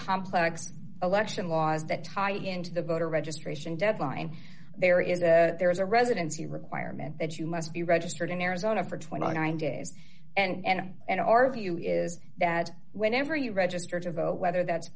complex election laws that tie into the voter registration deadline there is that there is a residency requirement that you must be registered in arizona for twenty nine dollars days and then our view is that whenever you register to vote whether that's